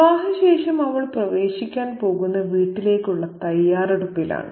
വിവാഹശേഷം അവൾ പ്രവേശിക്കാൻ പോകുന്ന വീട്ടിലേക്കുള്ള തയ്യാറെടുപ്പിലാണ്